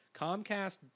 Comcast